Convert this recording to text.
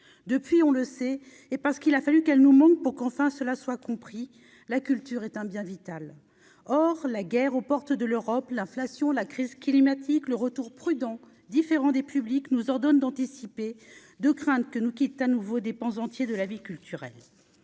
depuis, on le sait, et parce qu'il a fallu qu'elle nous manque pour qu'on fasse cela soit compris, la culture est un bien vital, or la guerre aux portes de l'Europe, l'inflation, la crise climatique le retour prudent différents des publics nous ordonne d'anticiper, de crainte que nous quitte à nouveau dépenses entier de la vie culturelle,